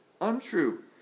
untrue